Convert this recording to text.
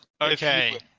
Okay